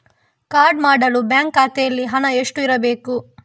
Card ಮಾಡಲು bank ಖಾತೆಯಲ್ಲಿ ಹಣ ಎಷ್ಟು ಇರಬೇಕು?